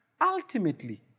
Ultimately